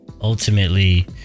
ultimately